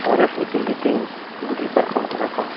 ᱥᱚᱨᱮᱥ ᱤᱯᱤᱞ ᱜᱮᱛᱤᱧ ᱵᱩᱰᱷᱤ ᱯᱟᱨᱠᱚᱢ ᱠᱟᱱᱟ ᱠᱚ